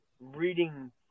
reading